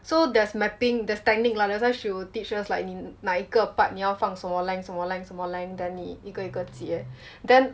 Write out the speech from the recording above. so there's mapping the technique lah that's why she will teach us like 你哪一个 part 你要放什么 length 什么 length 什么 length then 你一个一个睫